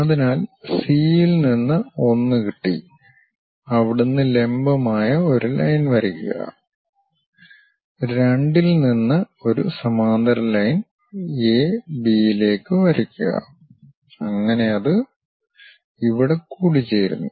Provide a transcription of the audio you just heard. അതിനാൽ സി യിൽ നിന്ന് 1 കിട്ടി അവിടുന്നു ലംബമായ ഒരു ലൈൻ വരക്കുക 2 ഇൽ നിന്ന് ഒരു സമാന്തര ലൈൻ എ ബി യിലേക്ക് വരക്കുക അങ്ങനെ അത് ഇവിടെ കൂടിച്ചേരുന്നു